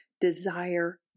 desire